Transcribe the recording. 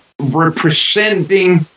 representing